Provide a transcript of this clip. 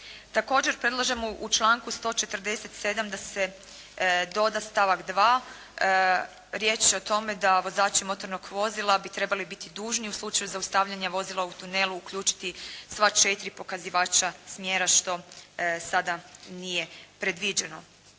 Također predlažemo u članku 147. da se doda stavak 2. Riječ je o tome da vozači motornog vozila bi trebali biti dužni u slučaju zaustavljanja vozila u tunelu uključiti sva četiri pokazivača smjera što sada nije predviđeno.